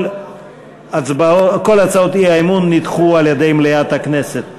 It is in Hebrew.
כל הצעות האי-אמון נדחו על-ידי מליאת הכנסת.